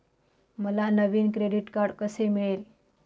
मला नवीन credit card कसे मिळेल?